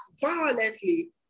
violently